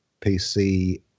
PC